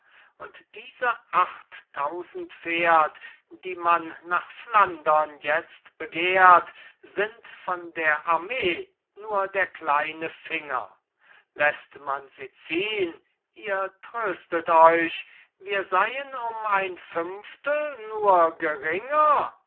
und diese achttausend pferd die man nach flandern jetzt begehrt sind von der armee nur der kleine finger läßt man sie ziehn ihr tröstet euch wir seien um ein fünftel nur geringer